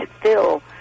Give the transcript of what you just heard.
fill